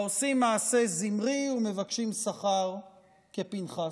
"העושים מעשה זמרי ומבקשים שכר כפינחס".